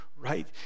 right